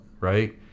right